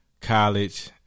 college